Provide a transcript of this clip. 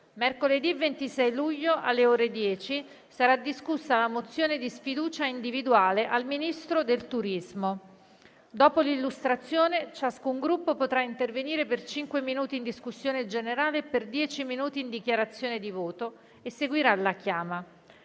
Mercoledì 26 luglio, alle ore 10, sarà discussa la mozione di sfiducia individuale al Ministro del turismo. Dopo l'illustrazione, ciascun Gruppo potrà intervenire per cinque minuti in discussione generale e per dieci minuti in dichiarazione di voto e seguirà la chiama.